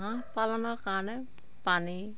হাঁহ পালনৰ কাৰণে পানী